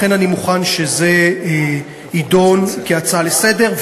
לכן, אני מוכן שזה יידון, כהצעה לסדר-היום.